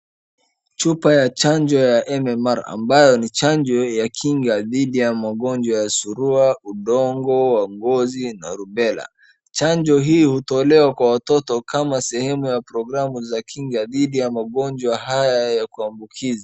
Chupa ya chanjo ya MMR ambayo ni chanjo ya kinga dhidi ya magonjwa ya surua, udongo wa ngozi na rubella . Chanjo hii hutolewa kwa watoto kama sehemu ya programu za kinga dhidi ya magonjwa haya ya kuambukiza.